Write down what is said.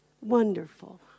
Wonderful